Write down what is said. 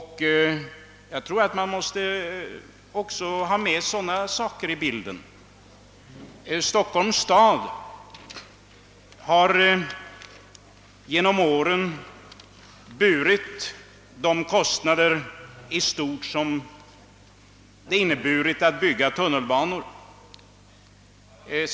Jag tror att man också måste ta med sådant i bilden. Stockholms stad har under åren i stort sett burit kostnaderna för byggandet av tunnelbanorna.